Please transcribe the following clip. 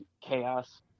chaos